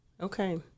Okay